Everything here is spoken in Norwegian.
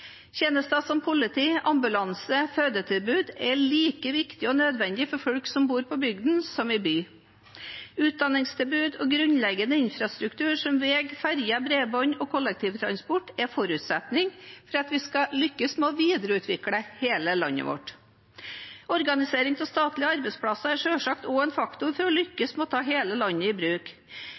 Tjenester som politi, ambulanse og fødetilbud er like viktig og nødvendig for folk som bor i bygd som i by. Utdanningstilbud og grunnleggende infrastruktur som veg, ferje, bredbånd og kollektivtransport er en forutsetning for at vi skal lykkes med å videreutvikle hele landet vårt. Organisering av statlige arbeidsplasser er selvsagt også en faktor for å lykkes med å ta hele landet i bruk.